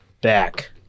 back